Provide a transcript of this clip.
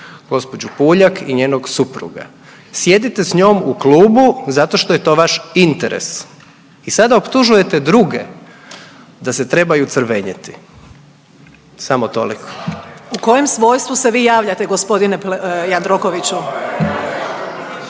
gđu. Puljak i njenog supruga. Sjedite s njom u klubu zato što je to vaš interes i sada optužujete druge da se trebaju crvenjeti, samo toliko. …/Upadica Vidović Krišto: U kojem svojstvu se vi javljate g. Jandrokoviću?/…